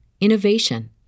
innovation